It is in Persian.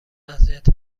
اذیت